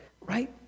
right